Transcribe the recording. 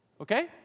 Okay